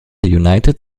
united